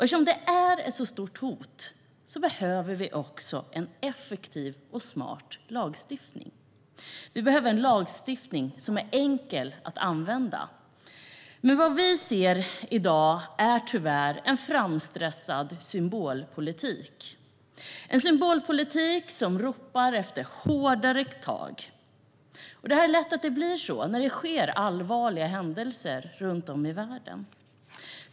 Eftersom terrorism är ett så stort hot behövs det en effektiv och smart lagstiftning som är enkel att tillämpa. Men vad vi ser i dag är tyvärr en framstressad symbolpolitik, en symbolpolitik som ropar efter hårdare tag. Det är lätt att det blir så när det sker allvarliga händelser runt om i världen.